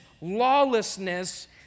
lawlessness